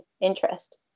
interest